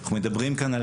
אנחנו מדברים כאן,